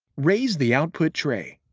raise the output tray.